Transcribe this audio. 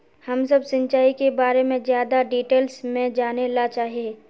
हम सब सिंचाई के बारे में ज्यादा डिटेल्स में जाने ला चाहे?